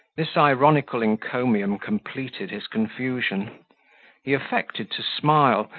this ironical encomium completed his confusion he affected to smile,